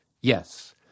Yes